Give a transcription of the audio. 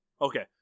Okay